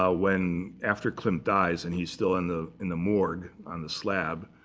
ah when, after klimt dies, and he's still in the in the morgue on the slab,